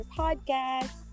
podcast